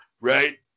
right